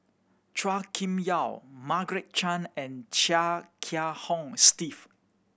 Chua Kim Yeow Margaret Chan and Chia Kiah Hong Steve